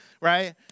right